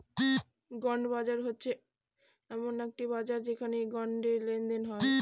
bond বাজার হচ্ছে এমন একটি বাজার যেখানে বন্ডে লেনদেন হয়